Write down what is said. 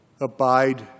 abide